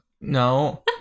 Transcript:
No